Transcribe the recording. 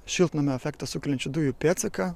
šiltnamio efektą sukeliančių dujų pėdsaką